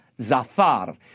Zafar